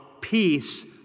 peace